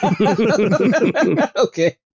Okay